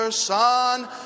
Son